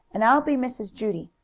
and i'll be mrs. judy.